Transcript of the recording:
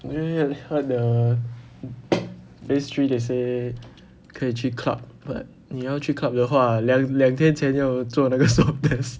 anyway I heard the phase three they say 可以去 club but 你要去 club 的话两天前要做那个 swab test